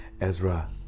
Ezra